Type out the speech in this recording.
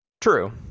true